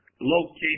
locate